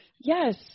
Yes